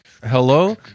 Hello